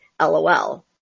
lol